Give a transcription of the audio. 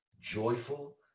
joyful